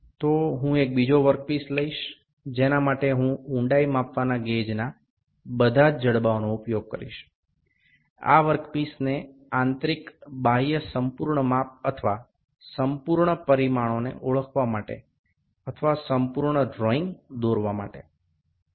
সুতরাং আমি এখানে অন্য আরেকটি টুকরো বেছে নেব যার উপর আমরা গভীরতা মাপাক অন্তরীণ এবং বাহ্যিক পরিমাপের সমস্ত বাহু ব্যবহার করব যাতে পুরো ছবিটি আঁকতে পারি অথবা সমস্ত পরিমাপ দেখাতে পারি অথবা টুকরোটির মান গুলো পেতে পারি